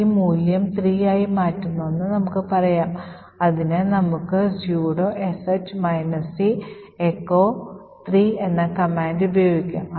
ഈ മൂല്യം 3 ആയി മാറ്റുന്നുവെന്ന് നമുക്ക് പറയാം അതിന് നമുക്ക് sudo sh c "echo 3" എന്ന കമാൻഡ് ഉപയോഗിക്കാം